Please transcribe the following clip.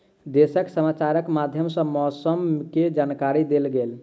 देशक समाचारक माध्यम सॅ मौसम के जानकारी देल गेल